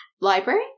library